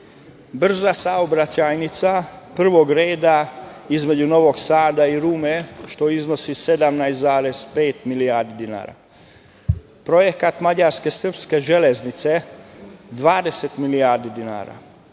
brza saobraćajnica prvog reda između Novog Sada i Rume što iznosi 17,5 milijardi dinara, projekat mađarske – srpske železnice 20 milijardi dinara,